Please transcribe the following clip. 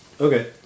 Okay